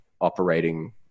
operating